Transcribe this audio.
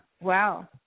Wow